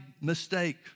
mistake